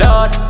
Lord